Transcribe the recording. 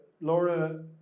Laura